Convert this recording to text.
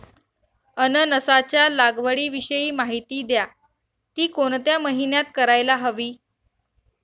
अननसाच्या लागवडीविषयी माहिती द्या, ति कोणत्या महिन्यात करायला हवी?